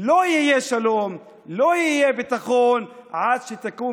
לא יהיה שלום ולא יהיה ביטחון עד שתקום